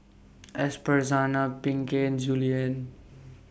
Esperanza Pinkey and Julien